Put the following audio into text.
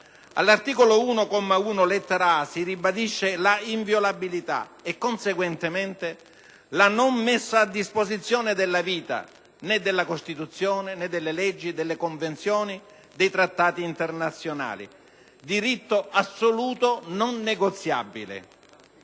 All'articolo 1, comma 1, lettera *a)*, si ribadisce la inviolabilità e conseguentemente la non messa a disposizione della vita né della Costituzione né delle leggi né delle Convenzioni né dei Trattati internazionali. Diritto assoluto non negoziabile.